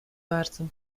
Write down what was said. bardzo